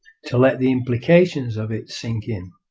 to let the implications of it sink in.